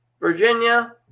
Virginia